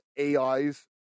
AIs